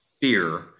fear